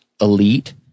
elite